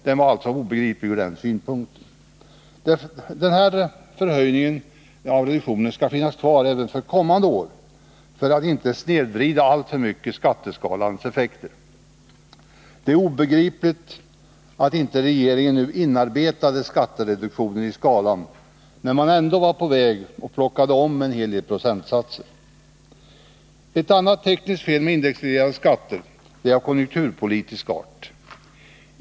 Den skall finnas kvar även för kommande år för att inte snedvrida skatteskalans effekter. Det är obegripligt att inte regeringen nu inarbetade skattereduktionen i skalan, när man ändå var på väg och plockade om en del procentsatser. Ett annat tekniskt fel med indexreglerade skatter är av konjunkturpolitisk art.